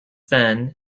then